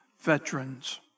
Veterans